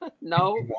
no